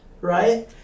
Right